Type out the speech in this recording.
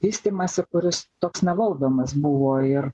vystymąsi kuris toks nevaldomas buvo ir